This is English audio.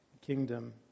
kingdom